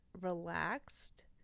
relaxed